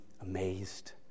amazed